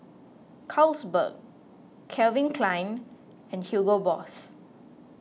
Carlsberg Calvin Klein and Hugo Boss